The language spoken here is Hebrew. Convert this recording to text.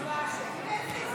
נאור שירי,